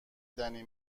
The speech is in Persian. دنی